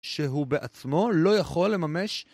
שהוא בעצמו לא יכול לממש